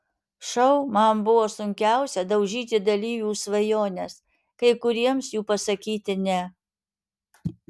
šou man buvo sunkiausia daužyti dalyvių svajones kai kuriems jų pasakyti ne